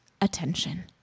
attention